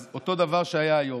אז אותו דבר היה היום,